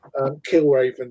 Killraven